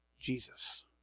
Jesus